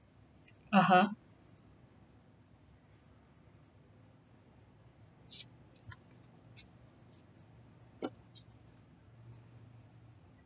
(uh huh)